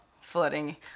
flooding